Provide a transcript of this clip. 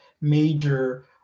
major